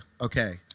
okay